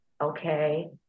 okay